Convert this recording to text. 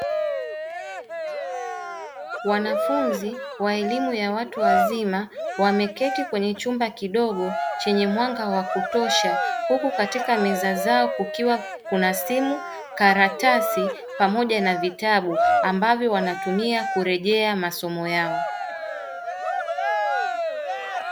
Wanafunzi wa elimu ya watu wazima wameketi kwenye chumba kidogo chenye mwanga wa kutosha, huku katika meza zao kukiwa kuna simu, karatasi pamoja na vitabu ambavyo wanatumia kurejea masomo yao.